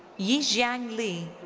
yijiang li,